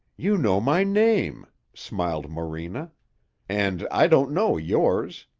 you know my name, smiled morena and i don't know yours.